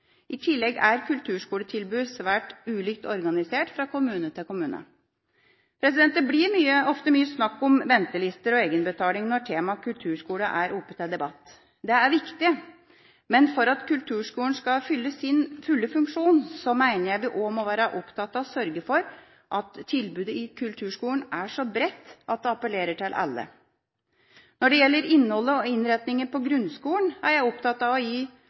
I tillegg er kulturskoletilbudet svært ulikt organisert fra kommune til kommune. Det blir ofte mye snakk om ventelister og egenbetaling når temaet «kulturskole» er oppe til debatt. Det er viktig, men for at kulturskolen skal fylle sin fulle funksjon, mener jeg en også må være opptatt av å sørge for at tilbudet i kulturskolen er så bredt at det appellerer til alle. Når det gjelder innholdet i og innretningen på grunnskolen, er jeg opptatt av å gi